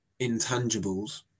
intangibles